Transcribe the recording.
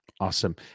Awesome